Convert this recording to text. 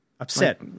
upset